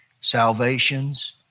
salvations